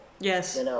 Yes